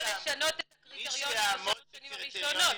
לשנות את הקריטריונים בשבע השנים הראשונות,